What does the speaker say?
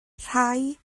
rhai